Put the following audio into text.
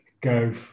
go